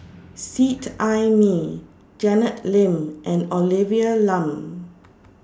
Seet Ai Mee Janet Lim and Olivia Lum